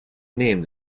name